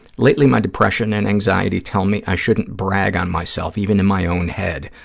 lately my depression and anxiety tell me i shouldn't brag on myself, even in my own head,